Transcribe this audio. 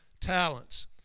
talents